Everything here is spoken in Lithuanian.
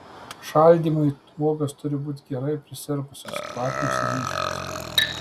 šaldymui uogos turi būti gerai prisirpusios kvapnios ir ryškios